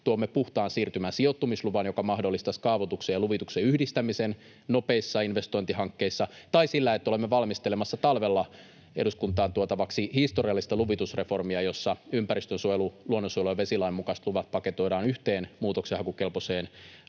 tuomme puhtaan siirtymän sijoittumisluvan, joka mahdollistaisi kaavoituksen ja luvituksen yhdistämisen nopeissa investointihankkeissa, tai sillä, että olemme valmistelemassa talvella eduskuntaan tuotavaksi historiallista luvitusreformia, jossa ympäristönsuojelu, luonnonsuojelu ja vesilain mukaiset luvat paketoidaan yhteen muutoksenhakukelpoiseen